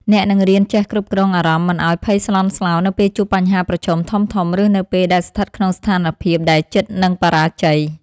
អ្នកនឹងរៀនចេះគ្រប់គ្រងអារម្មណ៍មិនឱ្យភ័យស្លន់ស្លោនៅពេលជួបបញ្ហាប្រឈមធំៗឬនៅពេលដែលស្ថិតក្នុងស្ថានភាពដែលជិតនឹងបរាជ័យ។